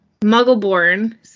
Muggleborn